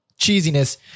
cheesiness